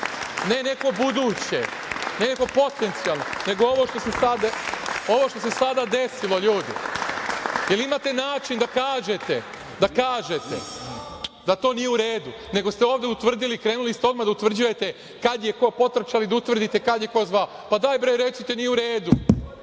ne neko buduće, ne neko potencijalno, nego ovo što se sada desilo. Imate li način da kažete, da kažete, da to nije u redu, nego ste ovde utvrdili, krenuli ste odmah da utvrđujete kada je ko potrčao, kada je ko zvao. Daj, recite nije u redu.